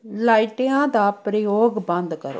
ਲਾਈਟਆ ਦਾ ਪ੍ਰਯੋਗ ਬੰਦ ਕਰੋ